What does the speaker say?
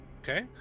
Okay